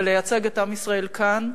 ולייצג את עם ישראל כאן,